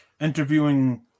interviewing –